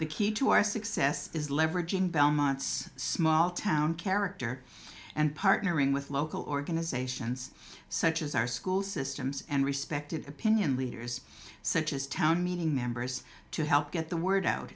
the key to our success is leveraging belmont's small town character and partnering with local organizations such as our school systems and respected opinion leaders such as town meeting members to help get the word out